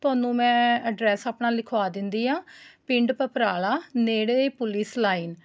ਤੁਹਾਨੂੰ ਮੈਂ ਐਡਰੱਸ ਆਪਣਾ ਲਿਖਵਾ ਦਿੰਦੀ ਹਾਂ ਪਿੰਡ ਪਪਰਾਲਾ ਨੇੜੇ ਪੁਲਿਸ ਲਾਈਨ